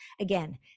Again